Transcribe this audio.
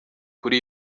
kuri